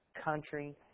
country